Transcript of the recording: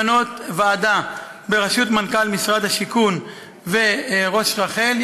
קובעת למנות ועדה בראשות מנכ"ל משרד השיכון וראש רח"ל,